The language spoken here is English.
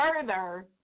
further